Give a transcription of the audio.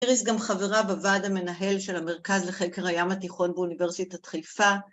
‫איריס גם חברה בוועד המנהל ‫של המרכז לחקר הים התיכון באוניברסיטת חיפה.